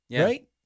Right